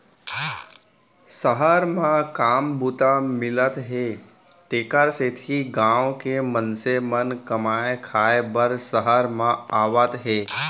सहर म काम बूता मिलत हे तेकर सेती गॉँव के मनसे मन कमाए खाए बर सहर म आवत हें